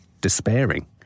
despairing